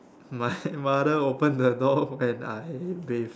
my mother open the door when I bathe